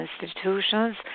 institutions